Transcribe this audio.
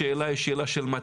השאלה היא שאלה של מתי.